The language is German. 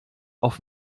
auf